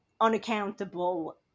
unaccountable